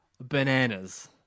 bananas